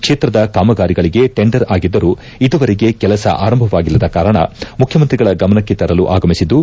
ಕ್ಷೇತ್ರದ ಕಾಮಗಾರಿಗಳಿಗೆ ಟೆಂಡರ್ ಆಗಿದ್ದರೂ ಇದುವರೆಗೆ ಕೆಲಸ ಆರಂಭವಾಗಿಲ್ಲದ ಕಾರಣ ಮುಖ್ಯಮಂತ್ರಿಗಳ ಗಮನಕ್ಕೆ ತರಲು ಆಗಮಿಸಿದ್ದು